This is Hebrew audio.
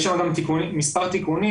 יש שם מספר תיקונים.